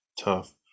tough